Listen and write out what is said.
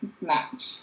match